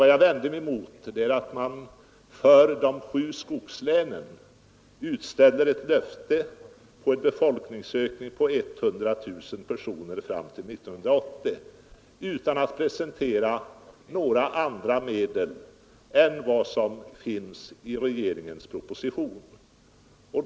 Vad jag vände mig mot var att man lovar de sju skogslänen en befolkningsökning på 100 000 personer fram till 1980 utan att presentera några andra medel än vad som finns i propositionen.